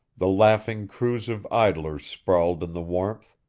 the laughing crews of idlers sprawled in the warmth,